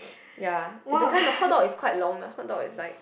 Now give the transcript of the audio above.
ya is the kind the hot dog is quite long the hot dog is like